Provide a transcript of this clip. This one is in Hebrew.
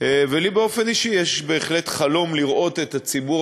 ולי באופן אישי יש בהחלט חלום לראות את הציבור